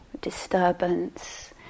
disturbance